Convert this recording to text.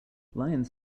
lions